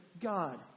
God